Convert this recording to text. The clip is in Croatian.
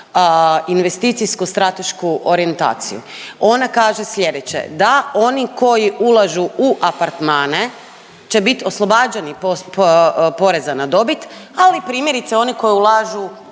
investicijsko stratešku orijentaciju. Ona kaže slijedeće, da oni koji ulažu u apartmane će bit oslobađani poreza na dobit, ali primjerice oni koji ulažu